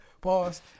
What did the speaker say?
Pause